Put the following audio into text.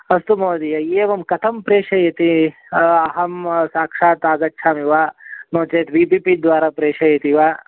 अस्तु महोदय एवं कथं प्रेषयति अहं साक्षात् आगच्छामि वा नो चेत् वी पी पी द्वारा प्रेषयति वा